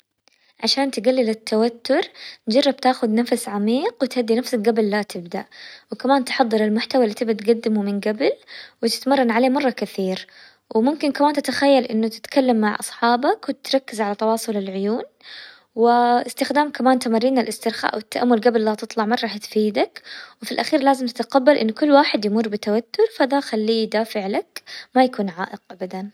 عشان تقلل التوتر جرب تاخد نفس عميق وتهدي نفسك قبل لا تبدأ، وكمان تحضر المحتوى اللي تبي تقدمه من قبل، وتتمرن عليه مرة كثير، وممكن كمان تتخيل انه تتكلم مع اصحابك، وتركز على تواصل العيون، واستخدام كمان تمارين الاسترخاء والتأمل قبل لا تطلع، مرة حتفيدك، وفي الاخير لازم نتقبل ان كل واحد يمر بتوتر، فدا خليه يدافع لك، ما يكون عائق ابدا.